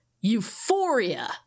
Euphoria